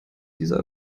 dieser